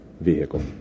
vehicle